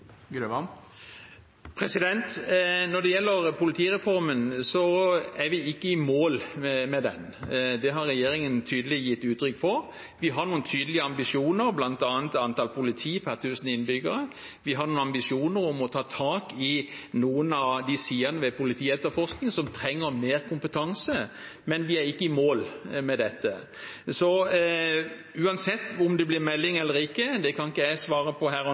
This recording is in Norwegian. Når det gjelder politireformen, er vi ikke i mål med den. Det har regjeringen tydelig gitt uttrykk for. Vi har noen tydelige ambisjoner, bl.a. om antall politi per 1 000 innbyggere. Vi har noen ambisjoner om å ta tak i noen av sidene ved politietterforskning som trenger mer kompetanse, men vi er ikke mål med dette. Uansett om det blir en melding eller ikke – det kan ikke jeg svare på